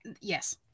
yes